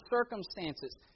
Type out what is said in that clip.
circumstances